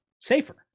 safer